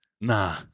nah